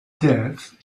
death